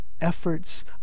efforts